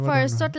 First